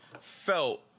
felt